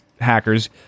hackers